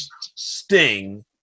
Sting